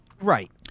Right